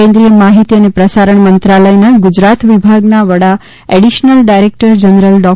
કેન્દ્રીય માહિતી અને પ્રસારણ મંત્રાલયના ગુજરાત વિભાગના વડા એડિશનલ ડાયરેક્ટર જનરલ ડો